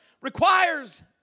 requires